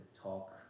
talk